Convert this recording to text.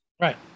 Right